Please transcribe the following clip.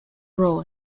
role